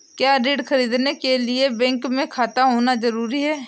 क्या ऋण ख़रीदने के लिए बैंक में खाता होना जरूरी है?